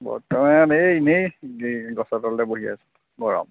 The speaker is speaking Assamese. বৰ্তমান এই এনেই এই গছৰ তলতে বহি আছোঁ গৰম